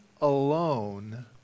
alone